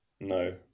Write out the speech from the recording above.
No